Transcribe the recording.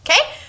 okay